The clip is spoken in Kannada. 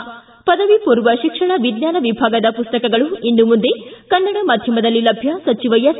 ಿ ಪದವಿ ಪೂರ್ವ ಶಿಕ್ಷಣ ವಿಜ್ಞಾನ ವಿಭಾಗದ ಪುಸ್ತಕಗಳು ಇನ್ನು ಮುಂದೆ ಕನ್ನಡ ಮಾಧ್ಯಮದಲ್ಲಿ ಲಭ್ಯ ಸಚಿವ ಎಸ್